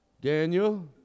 Daniel